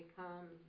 come